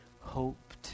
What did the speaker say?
hoped